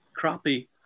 crappie